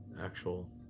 actual